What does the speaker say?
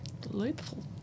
Delightful